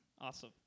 Awesome